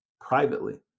privately